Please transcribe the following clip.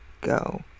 go